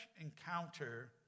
encounter